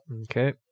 Okay